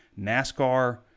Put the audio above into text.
NASCAR